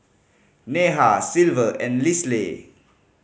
Neha Silver and Lisle